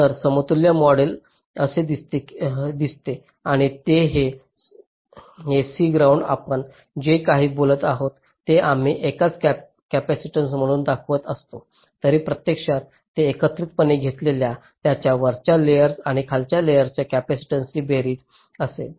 तर समतुल्य मॉडेल असे दिसते आणि हे C ग्राउंड आपण जे काही बोलत आहोत ते आम्ही एकच कॅपेसिटन्स म्हणून दाखवत असलो तरी प्रत्यक्षात ते एकत्रितपणे घेतलेल्या त्याच्या वरच्या लेयर्स आणि खालच्या लेयर्सापर्यंतच्या कॅपेसिटन्सची बेरीज असेल